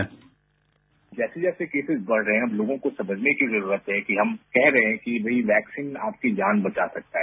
bite जैसे जैसे cases बढ़ रहे हैं हमलोगों को समझने की जरूरत है कि हम कह रहे हैं कि वैक्सीन आपकी जान बचा सकता है